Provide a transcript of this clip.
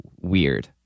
weird